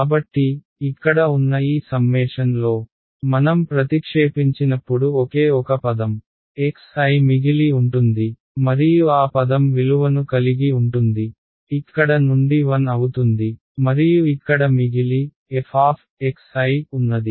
కాబట్టి ఇక్కడ ఉన్న ఈ సమ్మేషన్ లో మనం ప్రతిక్షేపించినప్పుడు ఒకే ఒక పదం xi మిగిలి ఉంటుంది మరియు ఆ పదం విలువను కలిగి ఉంటుంది ఇక్కడ నుండి 1 అవుతుంది మరియు ఇక్కడ మిగిలి f ఉన్నది